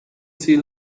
see